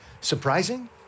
Surprising